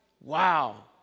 Wow